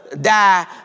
die